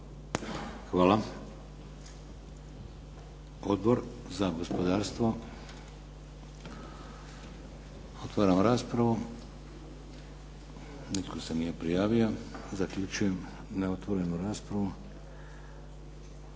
Hvala. Odbor za gospodarstvo? Otvaram raspravu. Nitko se nije prijavio. Zaključujem neotvorenu raspravu.